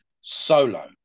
solo